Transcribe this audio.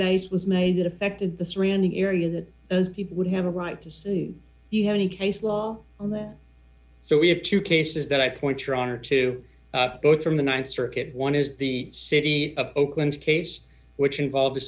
base was made it affected the surrounding area that those people would have a right to say you have any case law on that so we have two cases that i point your honor to both from the th circuit one is the city of oakland case which involved a